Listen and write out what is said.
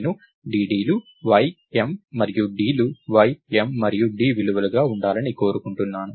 నేను ddలు y m మరియు dలు y m మరియు d విలువలుగా ఉండాలని కోరుకుంటున్నాను